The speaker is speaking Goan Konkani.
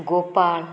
गोपाळ